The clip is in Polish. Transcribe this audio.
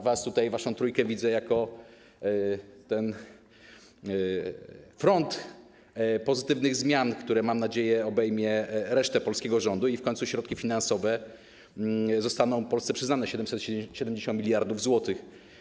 Was, waszą trójkę widzę jako ten front pozytywnych zmian, które - mam nadzieję - obejmą resztę polskiego rządu i w końcu środki finansowe zostaną Polsce przekazane, 770 mld zł.